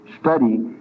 study